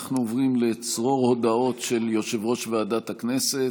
אנחנו עוברים לצרור הודעות של יושב-ראש ועדת הכנסת.